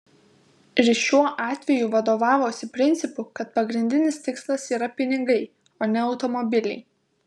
ir šiuo atveju vadovavosi principu kad pagrindinis tikslas yra pinigai o ne automobiliai